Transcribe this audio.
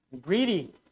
greedy